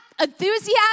enthusiasm